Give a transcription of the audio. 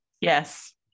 Yes